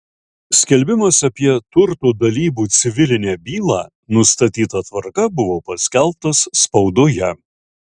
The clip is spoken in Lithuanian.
skelbimas apie turto dalybų civilinę bylą nustatyta tvarka buvo paskelbtas spaudoje